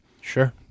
Sure